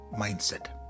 mindset